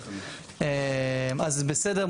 אז בסדר,